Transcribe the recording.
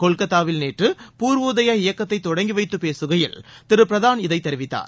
கொல்கத்தாவில் நேற்று பூர்வோதயா இயக்கத்தை தொடங்கி வைத்து பேசுகையில் திரு பிரதான் இதைத் தெரிவித்தார்